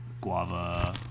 guava